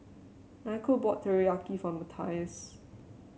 Niko bought Teriyaki for Matthias